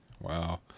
Wow